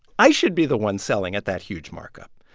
i should be the one selling at that huge markup.